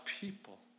people